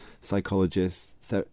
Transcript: psychologists